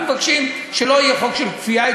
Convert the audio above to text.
אנחנו מבקשים שלא יהיה חוק של כפייה.